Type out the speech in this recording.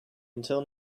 until